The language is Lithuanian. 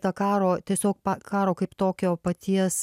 tą karo tiesiog karo kaip tokio paties